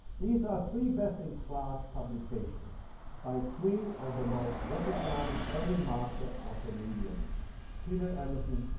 these are three best-in-class publications by three of the most recognized early master of the medium peter emerson,